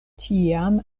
tiam